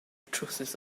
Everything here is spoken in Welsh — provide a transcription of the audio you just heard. trywsus